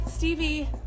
Stevie